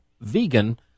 vegan